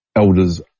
elders